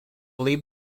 leave